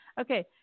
Okay